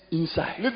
inside